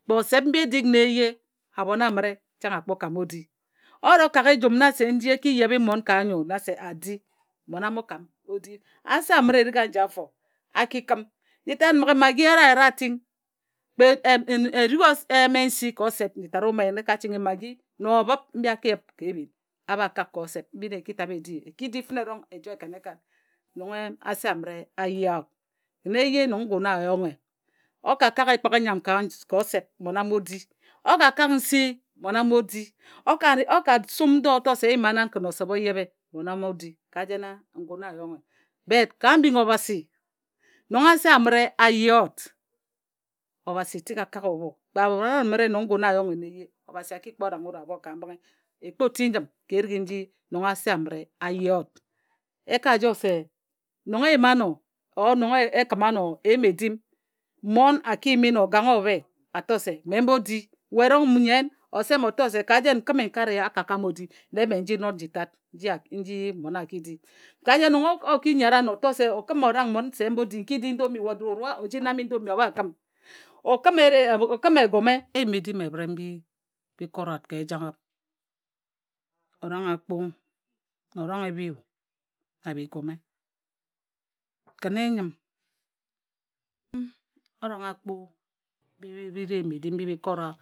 Osep mbi e dik nna eye, abho amǝre chang a kpo kam odidi o ro ka ejum nna se nja e ki yebhe mmon ka nnyo nna se a di mmo a mo kam o di. Ase amǝr erik aji afo a ki kǝm nji tat mmǝghe magi yet a rǝra ating kpe eruk n si ka osep o mo yen e ka chinghi magi na obhǝp mbi a ki yǝp ka ebhin a bha kak ka osep mbi na e ki tabhe e di e ki fǝne erong e joe ekanekan nong ase amǝre a yea wut. Kǝn eye nong ngu a yonghe o ka kak ekpǝk i nnyam ka osep mmon a mo di, o ka kak nsi mmon a mo di. O ka sum ndo o to se n yima nan kǝn osep o yebhe mmon mo di ka jena ngun a yonghe e bet ka mbing Obhasi, nong ase amǝre a ye wut Obhasi tik a kak obho. Kpe abhon amǝre nong ngun a-yonghe nna eye Obhasi a ki kpo nang wut obho ka mbǝnghe e kpoti njǝm ka erik nji nong ase amǝre a ye wut e ka joe se nong e yima ano or nong e kǝm ano eyim-edim mmon a ki yimi na oganghe obhe a to se mme n bo di we erong nnyen o seme o to-se ka jen n kǝme n kare ye a kam odi dee mme nji not nji tat nji mmon a ki di. Ka jen nong o ki nyere ano o to se o kǝm orang mmon se m bo di n ki di indomi we o rua o ji nam indomi o bha kǝm. O kǝm ere egome na eyim edim ebhǝre mbi bi kora wut ka ejagham. Orang akpu na orang i biyu na bi gome. Kǝn e nyǝm m orang akpa na o ri eyim edim mbi bi kora wut.